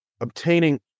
obtaining